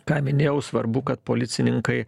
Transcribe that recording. ką minėjau svarbu kad policininkai